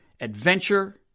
adventure